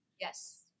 Yes